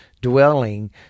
dwelling